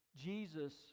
Jesus